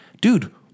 dude